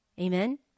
Amen